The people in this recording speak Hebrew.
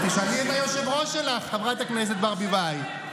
תשאלי את היושב-ראש שלך, חברת הכנסת ברביבאי.